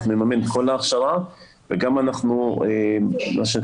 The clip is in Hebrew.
אנחנו נממן את כל ההכשרה וגם אנחנו נממן,